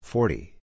Forty